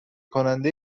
کنده